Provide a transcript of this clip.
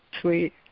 Sweet